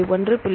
1